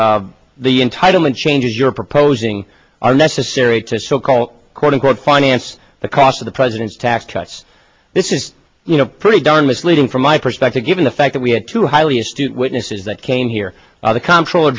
that the entitlement changes you're proposing are necessary to so called quote unquote finance the cost of the president's tax cuts this is you know pretty darn misleading from my perspective given the fact that we had two highly astute witnesses that came here the comptroller